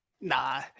Nah